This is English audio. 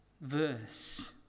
verse